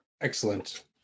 Excellent